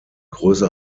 größe